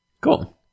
Cool